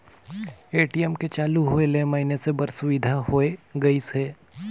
ATM के चालू होय ले मइनसे बर सुबिधा होय गइस हे